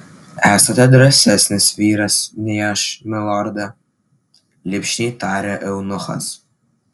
esate drąsesnis vyras nei aš milorde lipšniai tarė eunuchas